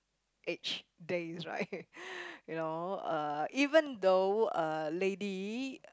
age days right you know uh even though uh lady